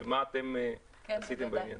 מה אתם עשיתם בעניין?